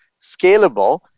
scalable